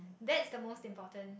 that is the most important